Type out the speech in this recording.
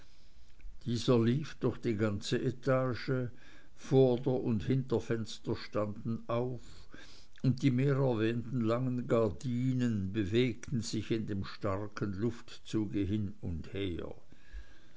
dieser lief durch die ganze etage vorder und hinterfenster standen offen und die mehr erwähnten langen gardinen bewegten sich in dem starken luftzug hin und her